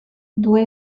due